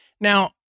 now